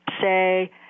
say